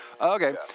Okay